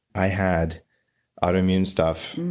i had autoimmune stuff,